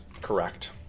correct